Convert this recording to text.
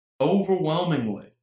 overwhelmingly